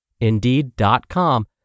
Indeed.com